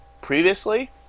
previously